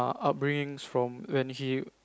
upbringing from when he